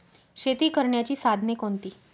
शेती करण्याची साधने कोणती?